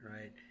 right